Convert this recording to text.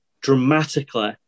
dramatically